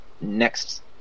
next